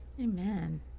Amen